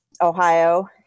Ohio